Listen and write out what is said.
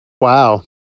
wow